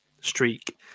streak